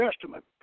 Testament